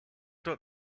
that